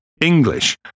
English